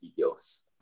videos